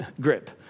grip